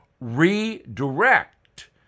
redirect